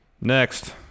next